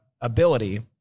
ability